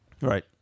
Right